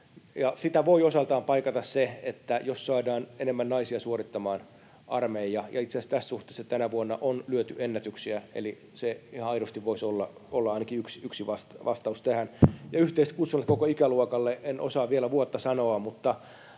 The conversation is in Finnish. Sitä voi osaltaan paikata se, jos saadaan enemmän naisia suorittamaan armeija. Itse asiassa tässä suhteessa tänä vuonna on lyöty ennätyksiä, eli se ihan aidosti voisi olla ainakin yksi vastaus tähän. Ja yhteiskutsunnat koko ikäluokalle: En osaa vielä vuotta sanoa, mutta